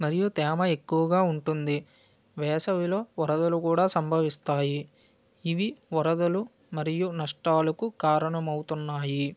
మరియు తేమ ఎక్కువగా ఉంటుంది వేసవిలో వరదలు కూడా సంభవిస్తాయి ఇవి వరదలు మరియు నష్టాలకు కారణమవుతున్నాయి